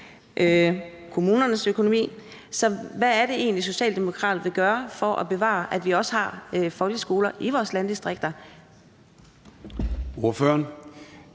kommunernes økonomi. Så hvad er det egentlig, Socialdemokraterne vil gøre for at bevare folkeskolerne, så vi også har dem i vores landdistrikter?